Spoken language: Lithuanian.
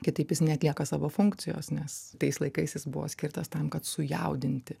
kitaip jis neatlieka savo funkcijos nes tais laikais jis buvo skirtas tam kad sujaudinti